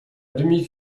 demi